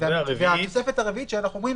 והתוספת הרביעית, שאנחנו אומרים